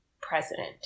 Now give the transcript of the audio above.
president